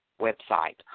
website